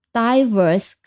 diverse